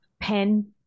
pen